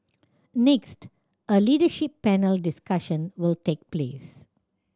next a leadership panel discussion will take place